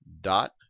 dot